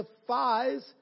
defies